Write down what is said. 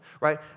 Right